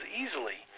easily